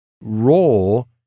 role